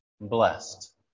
blessed